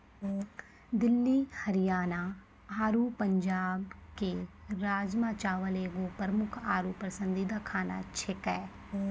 दिल्ली हरियाणा आरु पंजाबो के राजमा चावल एगो प्रमुख आरु पसंदीदा खाना छेकै